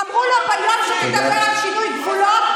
אמרו לו: ביום שתדבר על שינוי גבולות,